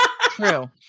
True